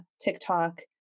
TikTok